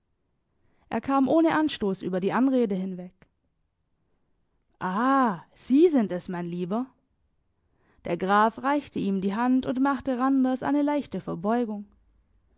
er kam ohne anstoss über die anrede hinweg ah sie sind es mein lieber der graf reichte ihm die hand und machte randers eine leichte verbeugung